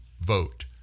vote